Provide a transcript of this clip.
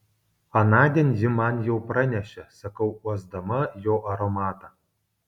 anądien ji man jau pranešė sakau uosdama jo aromatą